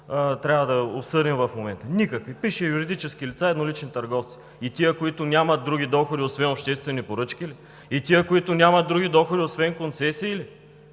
трябва да обсъдим в момента. Никакви! Пише: „юридически лица“, „еднолични търговци“. И тези, които нямат други доходи, освен обществени поръчки ли?! И тези, които нямат други доходи, освен концесии ли?!